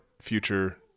future